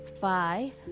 five